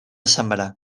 sembrar